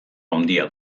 handia